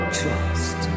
trust